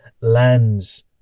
lands